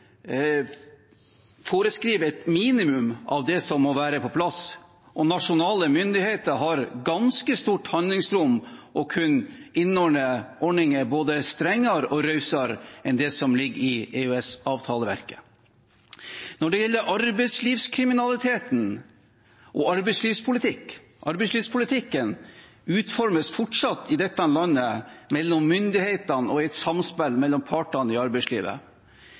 foreskriver på mange områder et minimum av det som må være på plass, og nasjonale myndigheter har ganske stort handlingsrom til å kunne innordne ordninger både strengere og rausere enn det som ligger i EØS-avtaleverket. Når det gjelder arbeidslivskriminaliteten og arbeidslivspolitikken: Arbeidslivspolitikken utformes fortsatt i dette landet i et samspill mellom myndighetene og partene i arbeidslivet.